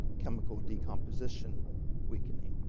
chemical decomposition weakening.